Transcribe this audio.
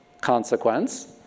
consequence